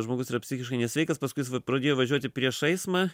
žmogus yra psichiškai nesveikas paskui pradėjo važiuoti prieš eismą